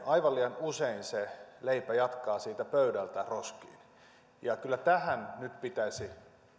aivan liian usein se leipä jatkaa siitä pöydältä roskiin kyllä tähän nyt pitäisi